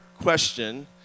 question